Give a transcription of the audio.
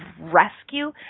rescue